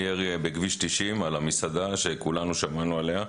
הירי בכביש 90 על המסעדה שכולנו שמענו עליו,